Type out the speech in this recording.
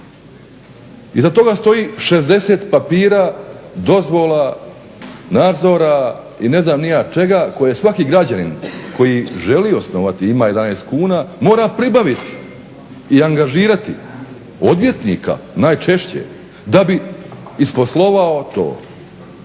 Iza toga stoji 60 papira, dozvola, nadzora i ne znam ni ja čega koje svaki građanin koji želi osnovati i ima 11 kuna mora pribaviti i angažirati odvjetnika najčešće da bi isposlovao to.